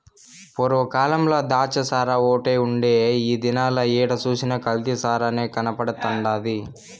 పూర్వ కాలంల ద్రాచ్చసారాఓటే ఉండే ఈ దినాల ఏడ సూసినా కల్తీ సారనే కనబడతండాది